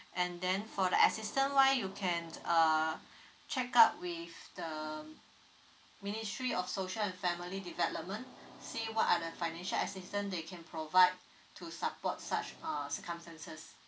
and then for the assistance wise you can uh check out with the ministry of social and family development see what are the financial assistance they can provide to support such err circumstances